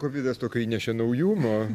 kovidas tokio įnešė naujumo